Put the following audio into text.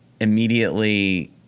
immediately